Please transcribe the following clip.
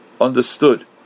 understood